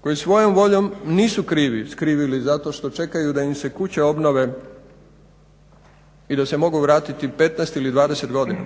koji svojom voljom nisu skrivili zato što čekaju da im se kuće obnove i da se mogu vratiti 15 ili 20 godina